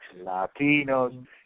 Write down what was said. Latinos